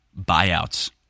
buyouts